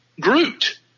Groot